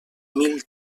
mil